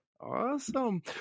Awesome